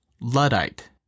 Luddite